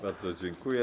Bardzo dziękuję.